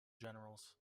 generals